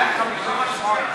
שלי יחימוביץ.